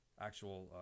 actual